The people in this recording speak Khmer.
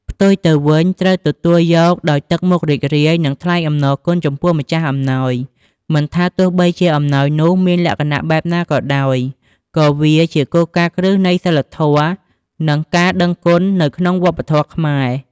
ផ្ទុយទៅវិញ ត្រូវទទួលយកដោយទឹកមុខរីករាយ និងថ្លែងអំណរគុណចំពោះម្ចាស់អំណោយ មិនថាទោះបីជាអំណោយនោះមានលក្ខណៈបែបណាក៏ដោយ ក៏វាជាគោលការណ៍គ្រឹះនៃសីលធម៌ និងការដឹងគុណនៅក្នុងវប្បធម៌ខ្មែរ។